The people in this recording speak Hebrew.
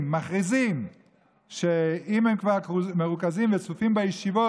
ומכריזים שאם הם כבר מרוכזים וצפופים בישיבות,